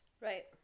Right